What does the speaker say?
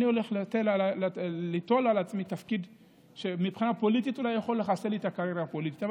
אני הולך ליטול על עצמי תפקיד שאולי יחסל את הקריירה הפוליטית שלי,